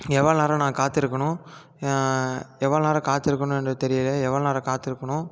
எவ்வளோ நேரம் நான் காத்திருக்கணும் எவ்வளோ நேரம் காத்திருக்கணுன்னு தெரியலை எவ்வளோ நேரம் காத்திருக்கணும்